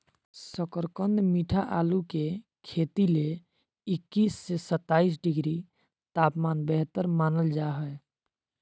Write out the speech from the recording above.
शकरकंद मीठा आलू के खेती ले इक्कीस से सत्ताईस डिग्री तापमान बेहतर मानल जा हय